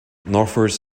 northwards